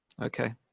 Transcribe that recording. Okay